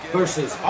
versus